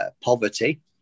poverty